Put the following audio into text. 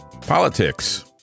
Politics